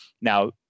now